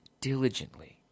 diligently